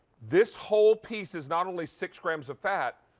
this whole piece is not only six grams of fat,